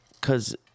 cause